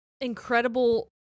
incredible